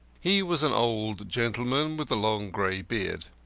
he was an old gentleman with long grey beard.